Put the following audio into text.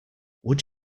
would